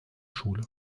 schule